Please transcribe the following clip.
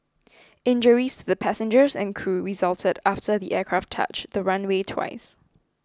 injuries to the passengers and crew resulted after the aircraft touched the runway twice